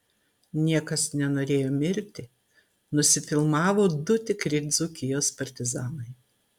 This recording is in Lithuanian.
niekas nenorėjo mirti nusifilmavo du tikri dzūkijos partizanai